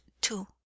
Two